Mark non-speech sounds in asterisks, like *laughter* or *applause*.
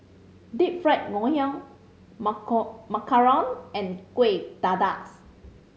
Deep Fried Ngoh Hiang *unintelligible* macarons and Kuih Dadar *hesitation*